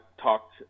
talked